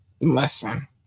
Listen